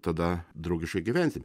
tada draugiškai gyvensim